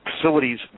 facilities